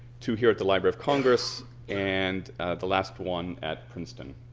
two here at the library of congress and the last one at princeton.